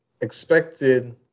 expected